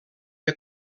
que